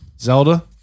zelda